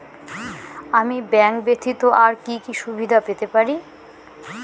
আমি ব্যাংক ব্যথিত আর কি কি সুবিধে পেতে পারি?